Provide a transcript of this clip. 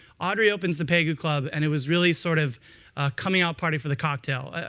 audrey opens the pegu club, and it was really sort of a coming out party for the cocktail.